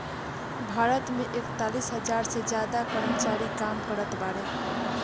भारत मे एकतालीस हज़ार से ज्यादा कर्मचारी काम करत बाड़े